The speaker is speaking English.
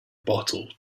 bottle